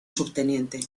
subteniente